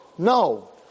No